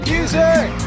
Music